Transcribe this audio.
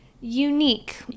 Unique